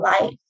life